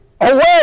away